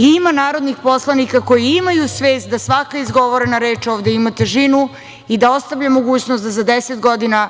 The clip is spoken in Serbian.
Ima i narodnih poslanika koji imaju svest da svaka izgovorena reč ovde ima težinu i da ostavi mogućnost da za deset godina